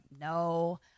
no